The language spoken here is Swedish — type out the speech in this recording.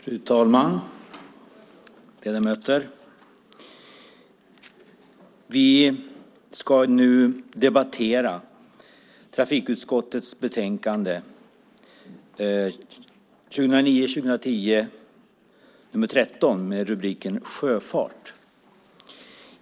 Fru talman och ledamöter! Vi ska nu debattera trafikutskottets betänkande 2009/10:13 med rubriken Sjöfart.